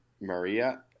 Maria